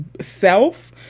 self